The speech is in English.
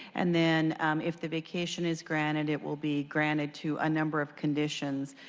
and then if the vacation is granted, it will be granted to a number of conditions.